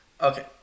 Okay